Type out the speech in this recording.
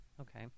Okay